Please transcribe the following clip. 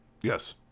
Yes